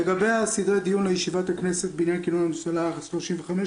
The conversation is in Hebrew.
לגבי סדרי הדיון לישיבת הכנסת בעניין כינון הממשלה ה-35,